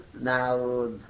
now